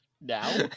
Now